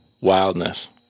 wildness